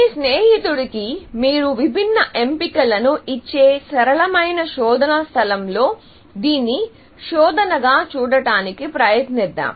మీ స్నేహితుడికి మీరు విభిన్న ఎంపికలను ఇచ్చే సరళమైన శోధన స్థలంలో దీన్ని శోధనగా చూడటానికి ప్రయత్నిద్దాం